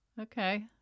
Okay